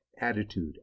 attitude